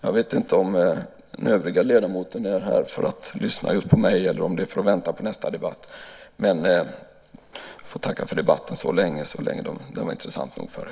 Jag vet inte om ledamoten som inte deltar i debatten är här för att lyssna på just mig eller för att vänta på nästa debatt. Jag får i alla fall tacka för debatten så länge. Den var intressant att föra.